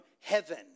heaven